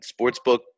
sportsbook